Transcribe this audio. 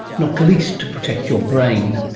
not least to protect your brain.